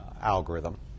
algorithm